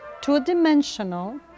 two-dimensional